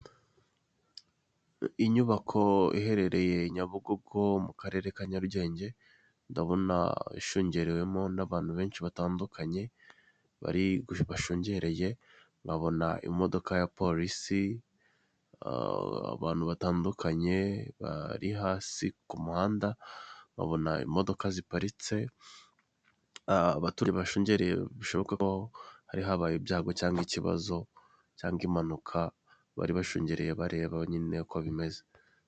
Inyubako iherereye Nyabugugogo mu karere ka Nyarugenge, ndabona ishungerewemo n'abantu benshi batandukanye bari bashungereye nkabona imodoka ya polisi, abantu batandukanye bari hasi ku muhanda nkabona imodoka ziparitse, abaturage bashungereye bishoboka ko hari habaye ibyago cyangwa ikibazo, cyangwa impanuka bari bashungereye bareba nyine uko bimeze.